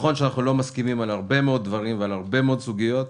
נכון שאנחנו לא מסכימים על הרבה מאוד דברים ועל הרבה מאוד סוגיות.